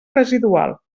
residual